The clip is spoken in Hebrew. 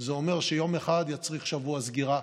זה אומר שיום אחד יצריך שבוע סגירה,